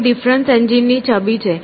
અહીં difference engine ની છબી છે